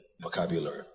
vocabulary